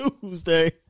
Tuesday